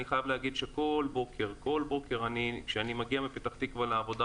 אני חייב להגיד שכל בוקר כשאני מגיע מפתח תקווה לירושלים,